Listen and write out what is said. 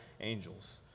angels